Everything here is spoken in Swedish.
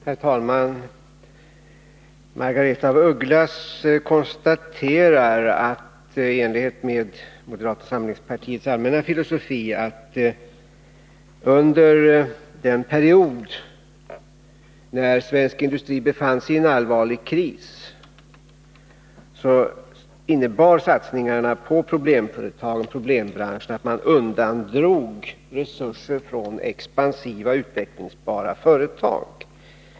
Herr talman! Margaretha af Ugglas konstaterar, i enlighet med moderata samlingspartiets allmänna filosofi, att satsningarna på problemföretag och problembranscher under den period när svensk industri befann sig i en allvarlig kris innebar att man undandrog resurser från expansiva och utvecklingsbara företag.